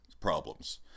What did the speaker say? problems